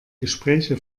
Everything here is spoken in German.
gespräche